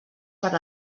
per